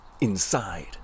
Inside